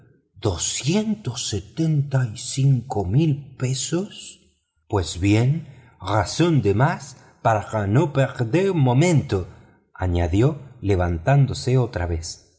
atrevido cincuenta y cinco mil libras pues bien razón de más para no perder momento añadió levantándose otra vez